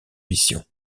mission